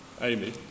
Amy